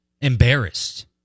Embarrassed